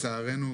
טטיאנה מזרסקי,